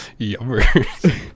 Yummers